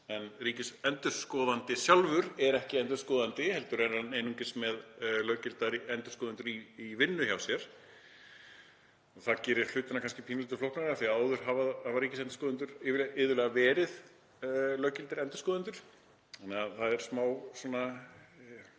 En ríkisendurskoðandi sjálfur er ekki endurskoðandi heldur er hann einungis með löggilta endurskoðendur í vinnu hjá sér. Það gerir hlutina kannski pínulítið flóknari af því að áður hafa ríkisendurskoðendur iðulega verið löggiltir endurskoðendur, þannig að það er smá svona